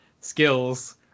skills